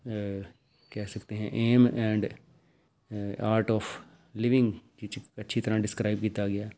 ਕਹਿ ਸਕਤੇ ਹੈ aim and art of living ਇਹ 'ਚ ਅੱਛੀ ਤਰ੍ਹਾਂ ਡਿਸਕਰਾਈਬ ਕੀਤਾ ਗਿਆ